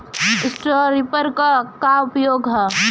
Straw reaper क का उपयोग ह?